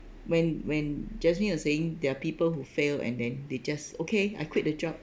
when when jasmine are saying there are people who fail and then they just okay I quit the job